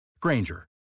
Granger